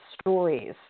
stories